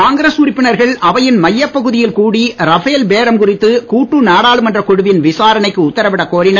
காங்கிரஸ் உறுப்பினர்கள் அவையின் மையப்பகுதியில் கூடி ரஃபேல் பேரம் குறித்து கூட்டு நாடாளுமன்றக் குழுவின் விசாரணைக்கு உத்தரவிடக் கோரினர்